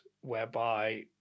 whereby